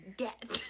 get